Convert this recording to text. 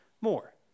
more